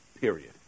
Period